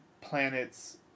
planets